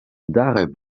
daaruit